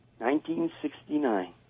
1969